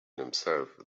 himself